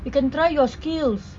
you can try your skills